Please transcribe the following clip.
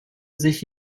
sich